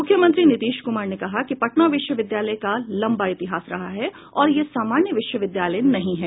मुख्यमंत्री नीतीश कुमार ने कहा कि पटना विश्वविद्यालय का लम्बा इतिहास रहा है और यह सामान्य विश्वविद्यालय नहीं है